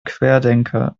querdenker